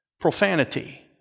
Profanity